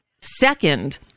second